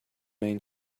main